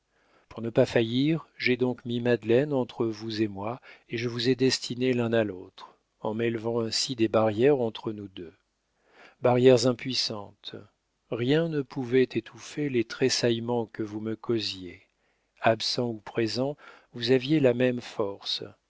pour ne pas faillir j'ai donc mis madeleine entre vous et moi et je vous ai destinés l'un à l'autre en m'élevant ainsi des barrières entre nous deux barrières impuissantes rien ne pouvait étouffer les tressaillements que vous me causiez absent ou présent vous aviez la même force